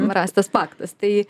rastas paktas tai